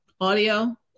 Audio